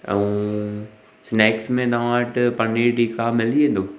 ऐं स्नेक्स में तव्हां वटि पनीर टिका मिली वेंदो